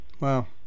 Wow